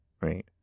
right